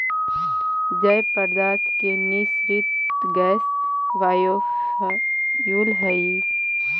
जैव पदार्थ के निःसृत गैस बायोफ्यूल हई